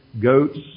goats